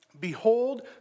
Behold